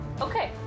Okay